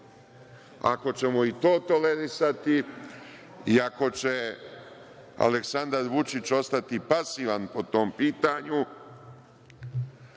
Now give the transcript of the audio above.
Ako ćemo i to tolerisati i ako će Aleksandar Vučić ostati pasivan po tom pitanju,